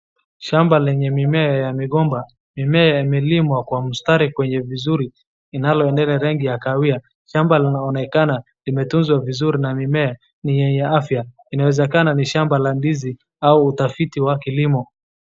Shamba lenye mimea ya migomba mimea yamelimwa kwa mistari vizuri lilnalounda rangi ya kawia shamba linaonekana limetunzwa vizuri na mimea ni mimea ya afya inawezekana ni shamba la ndizi au utafiti wa kilimo.